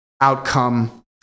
outcome